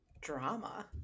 Drama